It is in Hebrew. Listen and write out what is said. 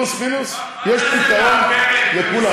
פלוס-מינוס יש פתרון לכולם,